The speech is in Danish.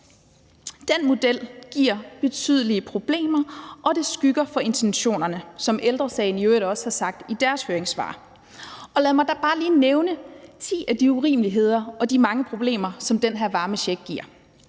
Den model giver betydelige problemer, og det skygger for intentionerne, hvilket Ældre Sagen i øvrigt også har skrevet i deres høringssvar. Lad mig da bare lige nævne ti af de urimeligheder og de mange problemer, som den her varmecheck giver: